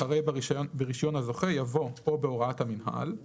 אחרי "ברישיון הזוכה" יבוא "או בהוראת המינהל";